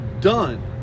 done